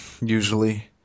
usually